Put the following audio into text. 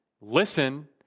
Listen